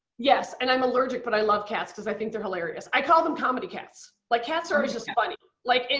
yes. and i'm allergic but i love cats cause i think they're hilarious. i call them comedy cats. like cats are just funny. like, and